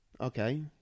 Okay